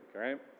right